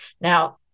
Now